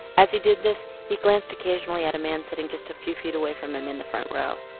as he did this he glanced occasionally at a man sitting just a few feet away from him in the front row.